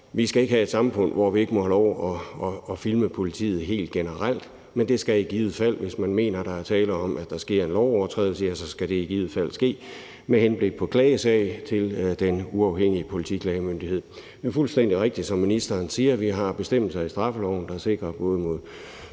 vi ikke skal have et samfund, hvor vi ikke må have lov at filme politiet helt generelt, men det skal i givet fald, hvis man mener, der er tale om, at der sker en lovovertrædelse, ske med henblik på klagesag til Den Uafhængige Politiklagemyndighed. Det er fuldstændig rigtigt, som ministeren siger: Vi har bestemmelser i straffeloven, der sikrer både mod